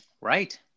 Right